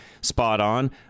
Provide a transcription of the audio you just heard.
spot-on